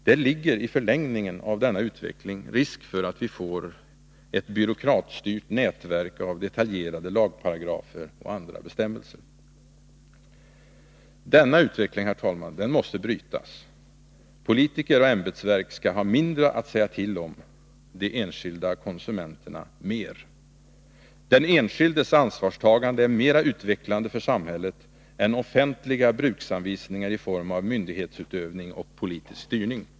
Det föreligger i förlängningen av denna utveckling risk för att vi får ett byråkratstyrt nätverk av detaljerade lagparagrafer och andra bestämmelser. Denna utveckling, herr talman, måste brytas. Politiker och ämbetsverk skall ha mindre att säga till om — de enskilda konsumenterna mer. Den enskildes ansvarstagande är mera utvecklande för samhället än offentliga bruksanvisningar i form av myndighetsutövning och politisk styrning.